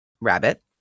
Rabbit